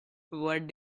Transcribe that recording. what